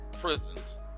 prisons